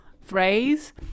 phrase